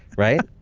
right?